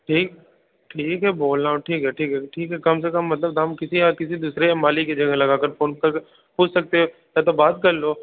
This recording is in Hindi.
ठीक ठीक है बोल रहा हूँ ठीक है ठीक है ठीक है कम से कम मतलब हम किसी ना किसी दूसरे माली के जगह लगा कर फ़ोन करे पूछ सकते हैं नहीं तो बात कर लो